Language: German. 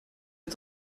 hat